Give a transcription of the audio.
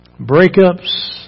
Breakups